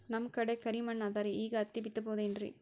ನಮ್ ಕಡೆ ಕರಿ ಮಣ್ಣು ಅದರಿ, ಈಗ ಹತ್ತಿ ಬಿತ್ತಬಹುದು ಏನ್ರೀ?